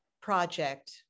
project